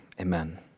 amen